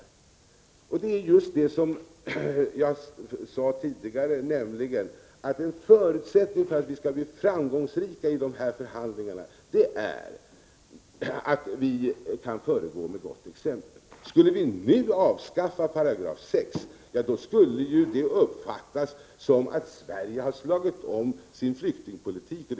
Jag sade tidigare att en förutsättning för att vi skall bli framgångsrika i dessa förhandlingar är att vi föregår med gott exempel. Skulle vi nu avskaffa 6 § skulle det uppfattas som att Sverige har slagit om när det gäller flyktingpolitiken.